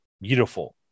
beautiful